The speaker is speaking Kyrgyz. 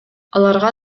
аларга